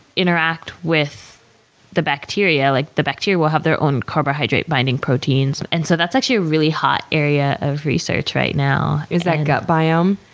interact with the bacteria, like the bacteria will have their own carbohydrate-binding proteins. and so that's actually a really hot area of research right now. is that gut biome?